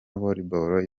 volleyball